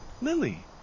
lily